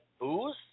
booze